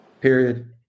Period